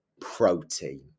protein